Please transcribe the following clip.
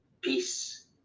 peace